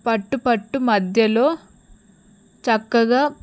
పట్టు పట్టు మధ్యలో చక్కగా